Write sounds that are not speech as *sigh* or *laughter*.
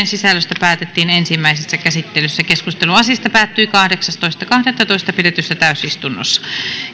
*unintelligible* sisällöstä päätettiin ensimmäisessä käsittelyssä keskustelu asiasta päättyi kahdeksastoista kahdettatoista kaksituhattaseitsemäntoista pidetyssä täysistunnossa